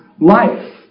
life